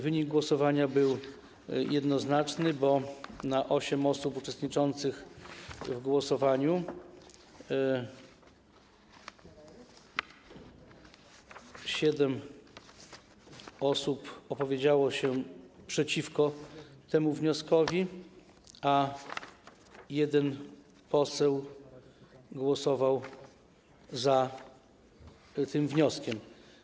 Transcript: Wynik głosowania był jednoznaczny, bo na osiem osób uczestniczących w głosowaniu siedem opowiedziało się przeciwko temu wnioskowi, a jeden poseł głosował za tym wnioskiem.